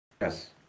Yes